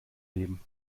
leben